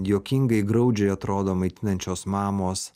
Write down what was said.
juokingai graudžiai atrodo maitinančios mamos